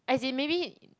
as in maybe